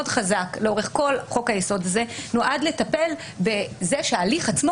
חזק לאורך כל חוק היסוד הזה נועד לטפל בזה שההליך עצמו